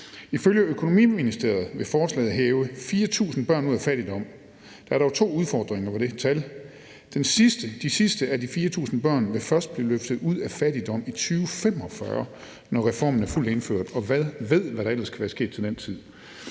Ifølge Økonomiministeriet vil forslaget hæve 4.000 børn ud af fattigdom. Der er dog to udfordringer ved det tal. De sidste af de 4.000 børn vil først blive løftet ud af fattigdom i 2045, når reformen er fuldt indført, og hvem ved, hvad der ellers kan være sket til den tid.